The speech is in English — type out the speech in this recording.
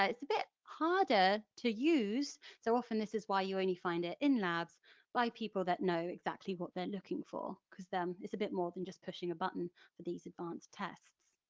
ah it's a bit harder to use so often this is why you only find it in labs by people that know exactly what they're looking for because it's a bit more than just pushing a button for these advanced tests.